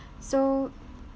so